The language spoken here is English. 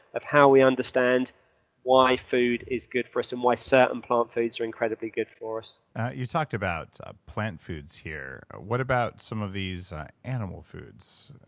of how we understand why food is good for us and why certain plant foods are incredibly good for us you talked about ah plant foods here. what about some of these animal foods?